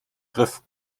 griff